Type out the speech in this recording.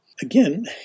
Again